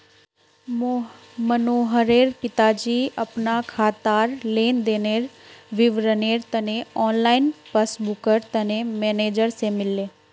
मनोहरेर पिताजी अपना खातार लेन देनेर विवरनेर तने ऑनलाइन पस्स्बूकर तने मेनेजर से मिलले